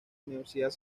universidad